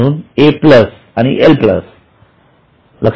म्हणून A आणि L